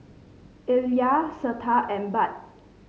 Illya Cleta and Bud